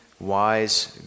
Wise